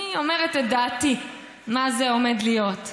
אני אומרת את דעתי, מה זה עומד להיות.